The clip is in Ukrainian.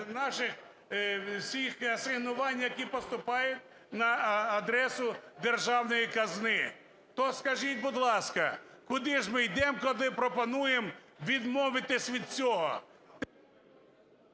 наших асигнувань, які поступають на адресу державної казни. То скажіть, будь ласка, куди ж ми йдемо, коли пропонуємо відмовитись від цього?